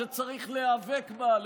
שצריך להיאבק בה,